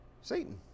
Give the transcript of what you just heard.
Satan